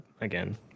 again